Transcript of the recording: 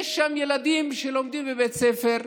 יש שם ילדים שלומדים בבית ספר,